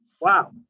wow